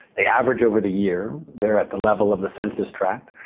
they average over the year, they're at the level of the census tract,